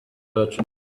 merchant